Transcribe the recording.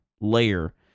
layer